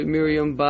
Miriam